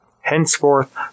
Henceforth